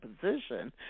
position